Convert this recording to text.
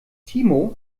timo